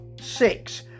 six